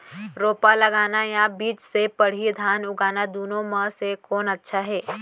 रोपा लगाना या बीज से पड़ही धान उगाना दुनो म से कोन अच्छा हे?